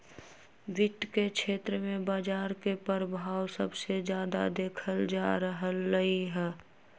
वित्त के क्षेत्र में बजार के परभाव सबसे जादा देखल जा रहलई ह